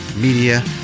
Media